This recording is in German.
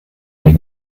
mich